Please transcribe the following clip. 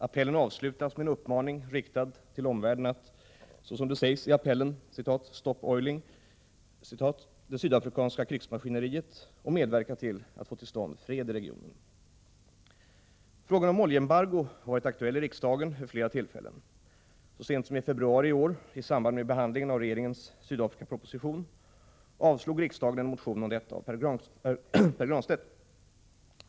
Appellen avslutas med en uppmaning riktad till omvärlden att, såsom sägs i appellen, ”stop oiling” det sydafrikanska krigsmaskineriet och medverka till att få till stånd fred i regionen. Frågan om oljeembargo har varit aktuell i riksdagen vid flera tillfällen. Så sent som i februari i år, i samband med behandlingen av regeringens Sydafrikaproposition, avslog riksdagen en motion om detta av Pär Granstedt.